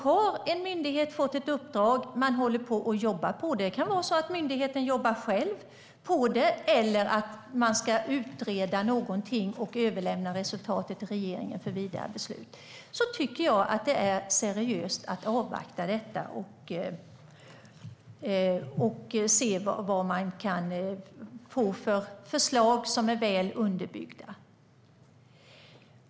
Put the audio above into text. Har en myndighet fått ett uppdrag och man håller på att jobba på det - det kan vara myndigheten själv som jobbar på det eller att man ska utreda någonting och överlämna resultatet till regeringen för vidare beslut - så tycker jag att det är seriöst att avvakta detta och se vad man kan få för förslag som är väl underbyggda.